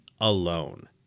alone